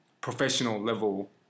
professional-level